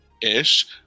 Ish